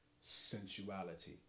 Sensuality